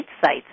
sites